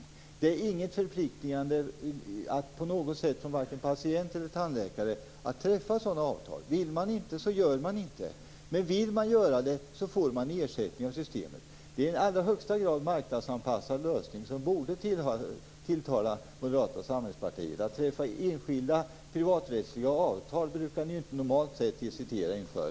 Det är inget förpliktigande, vare sig från patient eller tandläkare, att träffa sådana avtal. Om man inte vill göra det, så gör man inte det. Men om man vill göra det får man ersättning från systemet. Det är en i allra högsta grad marknadsanpassad lösning som borde tilltala Moderata samlingspartiet. Att träffa enskilda privaträttsliga avtal brukar ju Moderaterna inte hesitera inför.